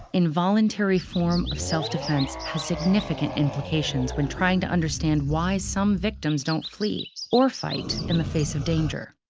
involuntary form of self-defense has significant implications when trying to understand why some victims don't flee or fight in the face of danger.